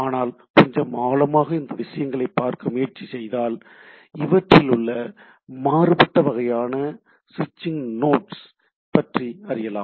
ஆனால் கொஞ்சம் ஆழமாக இந்த விஷயங்களை பார்க்க முயற்சி முயற்சித்தால் இவற்றிலுள்ள மாறுபட்ட வகையான சுவிட்சிங் நோட்ஸ் பற்றி அறியலாம்